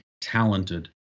talented